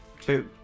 Two